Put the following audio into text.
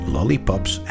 Lollipops